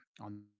on